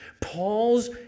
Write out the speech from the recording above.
Paul's